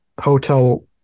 hotel